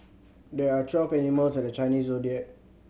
there are twelve animals in the Chinese Zodiac